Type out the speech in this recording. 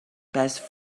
passed